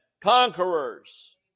conquerors